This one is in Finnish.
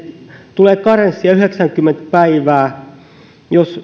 tulee karenssia yhdeksänkymmentä päivää jos